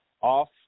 off